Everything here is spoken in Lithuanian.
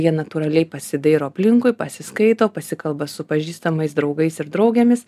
jie natūraliai pasidairo aplinkui pasiskaito pasikalba su pažįstamais draugais ir draugėmis